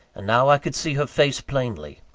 and now i could see her face plainly.